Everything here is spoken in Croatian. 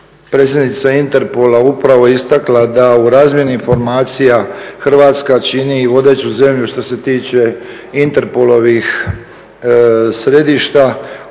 predsjednica Interpola upravo istakla da u razmjeni informacija Hrvatska čini vodeću zemlju što se tiče interpolovih središta,